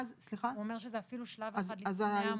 זה אפילו שלב אחד לפני המועמד.